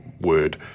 word